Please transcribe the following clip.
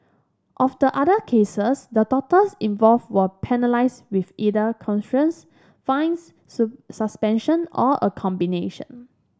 of the other cases the doctors involved were penalised with either fines suspension or a combination